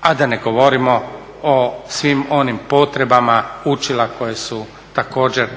a da ne govorimo o svim onim potrebama učila koja su također